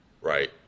Right